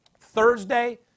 Thursday